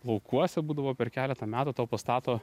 laukuose būdavo per keletą metų tau pastato